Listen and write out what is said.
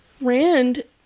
rand